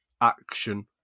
action